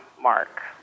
mark